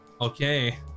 Okay